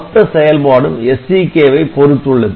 மொத்த செயல்பாடும் SCK வை பொறுத்துள்ளது